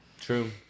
True